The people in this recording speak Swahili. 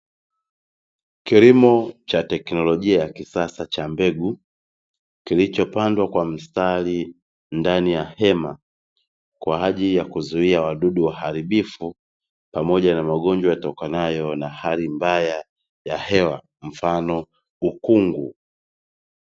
Kilimo cha teknolojia ya kisasa cha mbegu, kilicho pandwa kwa mstari ndani ya hema kwa ajili ya kuzuia wadudu waharibifu pamoja na magonjwa yatokanayo na hali mbaya ya hewa mfano ukungu.